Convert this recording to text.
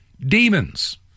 Demons